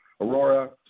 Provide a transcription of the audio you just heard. Aurora